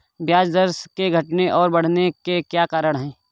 ब्याज दर के घटने और बढ़ने के क्या कारण हैं?